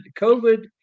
COVID